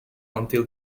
until